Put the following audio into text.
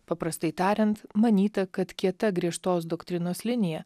paprastai tariant manyta kad kieta griežtos doktrinos linija